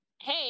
hey